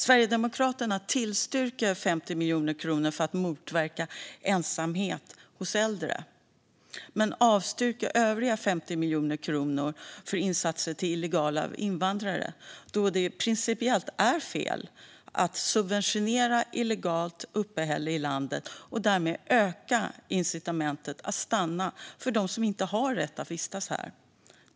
Sverigedemokraterna tillstyrker 50 miljoner kronor för att motverka ensamhet hos äldre men avstyrker övriga 50 miljoner kronor för insatser till illegala invandrare, då det principiellt är fel att subventionera illegalt uppehälle i landet och att därmed öka incitamenten att stanna för dem som inte har rätt att vistas här.